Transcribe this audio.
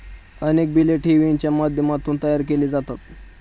अनेक बिले ठेवींच्या माध्यमातून तयार केली जातात